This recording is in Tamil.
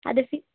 அது எப்படி